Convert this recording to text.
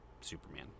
Superman